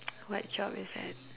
what job is that